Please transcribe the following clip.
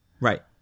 Right